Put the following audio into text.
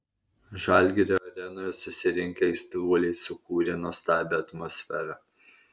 žalgirio arenoje susirinkę aistruoliai sukūrė nuostabią atmosferą